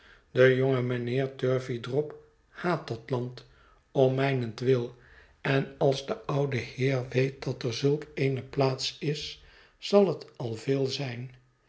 de jonge mijnheer turveydrop haat dat land om mijnentwil en als de oude heer weet dat er zulk eene plaats is zal het al veel zijn